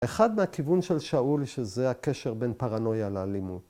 ‫אחד מהכיוון של שאול ‫שזה הקשר בין פרנויה לאלימות.